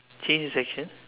change the section